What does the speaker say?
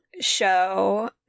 show